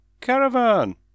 Caravan